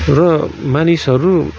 र मानिसहरू